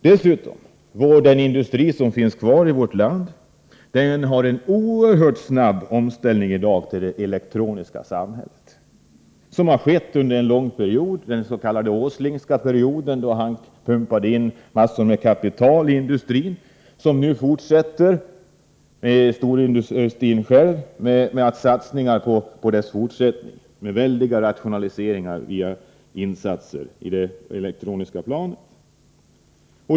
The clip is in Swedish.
Den industri som finns kvar i vårt land genomgår dessutom i dag en oerhört snabb omställning till det elektroniska samhället. Den har pågått under en lång period, den s.k. Åslingska perioden. Nils Åsling pumpade in massor av kapital i industrin, och det fortsätter nu med att storindustrin själv satsar på väldiga rationaliseringar via insatser på det elektroniska planet.